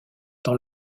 dans